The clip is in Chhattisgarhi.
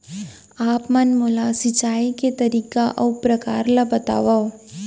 आप मन मोला सिंचाई के तरीका अऊ प्रकार ल बतावव?